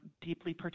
deeply